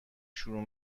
شروع